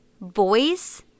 voice